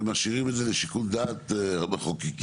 שהם משאירים את זה לשיקול דעת המחוקקים,